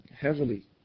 heavily